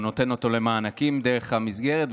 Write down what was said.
הוא נותן אותו למענקים דרך המסגרת,